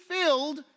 filled